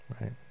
right